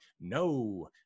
no